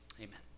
Amen